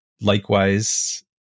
Likewise